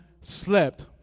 slept